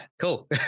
cool